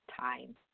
time